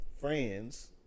friends